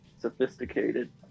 sophisticated